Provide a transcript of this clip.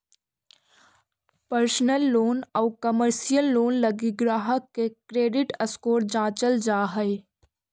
personal loan आउ commercial loan लगी ग्राहक के क्रेडिट स्कोर जांचल जा हइ